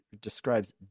describes